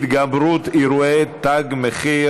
התגברות אירועי תג מחיר,